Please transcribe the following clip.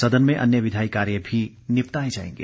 सदन में अन्य विधायी कार्य भी निपटाए जाएंगे